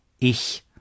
ich